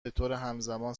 بطورهمزمان